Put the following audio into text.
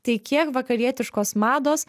tai kiek vakarietiškos mados